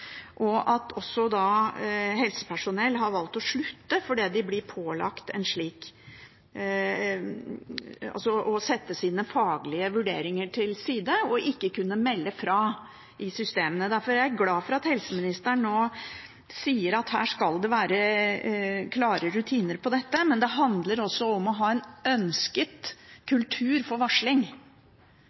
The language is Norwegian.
Helsepersonell har også valgt å slutte fordi de blir pålagt å sette sine faglige vurderinger til side og ikke kan melde fra i systemene. Derfor er jeg glad for at helseministeren nå sier at det skal være klare rutiner på dette. Men det handler også om å ha en ønsket kultur for varsling